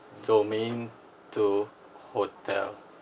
domain two hotel